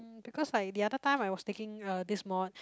um because like the other time I was taking uh this mod